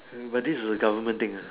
but this a government thing ah